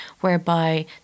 whereby